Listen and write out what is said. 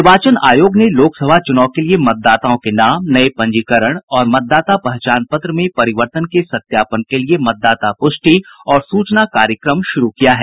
निर्वाचन आयोग ने लोकसभा चुनाव के लिए मतदाताओं के नाम नये पंजीकरण और मतदाता पहचान पत्र में परिवर्तन के सत्यापन के लिए मतदाता प्रष्टि और सूचना कार्यक्रम शुरू किया है